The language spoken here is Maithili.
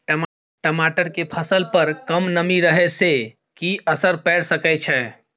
टमाटर के फसल पर कम नमी रहै से कि असर पैर सके छै?